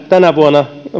tänä vuonna